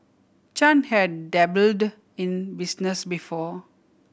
Chan had dabbled in business before